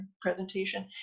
presentation